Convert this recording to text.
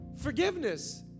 Forgiveness